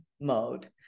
mode